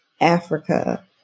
Africa